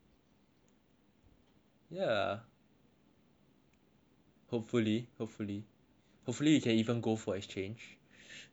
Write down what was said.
ya hopefully hopefully hopefully you can even go for exchange assuming the world doesn't go to shit